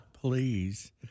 Please